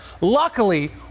Luckily